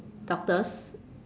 doctors